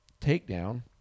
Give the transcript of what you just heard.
takedown